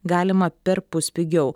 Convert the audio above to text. galima perpus pigiau